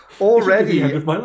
Already